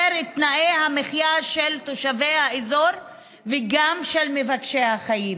את תנאי המחיה של תושבי האזור וגם של מבקשי החיים.